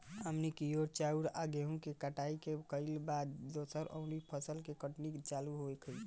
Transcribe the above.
हमनी कियोर चाउर आ गेहूँ के कटाई हो गइल बा अब दोसर कउनो फसल के कटनी चालू होखि